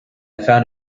found